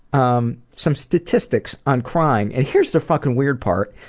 um, some statistics on crying and here's the fucking weird part,